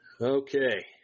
Okay